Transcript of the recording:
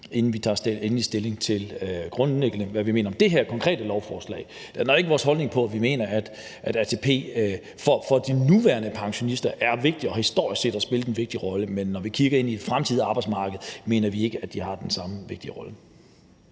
inden vi tager endelig stilling til, hvad vi grundlæggende mener om det her konkrete lovforslag. Det ændrer ikke vores holdning om, at vi mener, at ATP for de nuværende pensionister er vigtig, og at den historisk set har spillet en vigtig rolle, men når vi kigger ind i det fremtidige arbejdsmarked, mener vi ikke, at den har den samme vigtige rolle.